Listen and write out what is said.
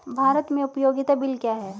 भारत में उपयोगिता बिल क्या हैं?